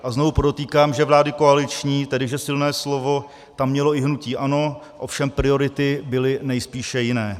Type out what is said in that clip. A znovu podotýkám, že vlády koaliční, tedy že silné slovo tam mělo i hnutí ANO, ovšem priority byly nejspíše jiné.